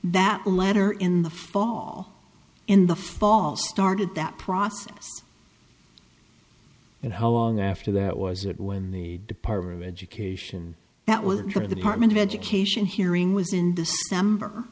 will let her in the fall in the fall started that process and how long after that was it when the department of education that wasn't for the department of education hearing was in december